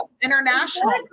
International